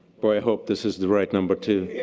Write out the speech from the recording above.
boy, i hope this is the right number two.